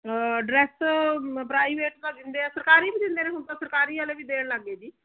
dress private ਤਾਂ ਦਿੰਦੇ ਆ ਸਰਕਾਰੀ ਵੀ ਦਿੰਦੇ ਨੇ ਹੁਣ ਤਾਂ ਸਰਕਾਰੀ ਵਾਲੇ ਵੀ ਦੇਣ ਲੱਗ ਗਏ ਜੀ